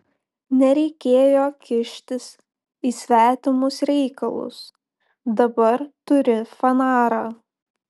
nereikėjo kištis į svetimus reikalus dabar turi fanarą